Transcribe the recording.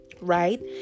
right